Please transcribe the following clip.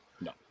No